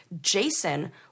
Jason